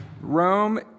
Rome